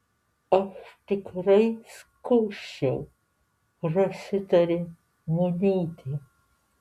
aš tikrai skųsčiau prasitarė muniūtė